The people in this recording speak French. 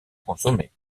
consommée